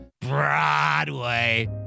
Broadway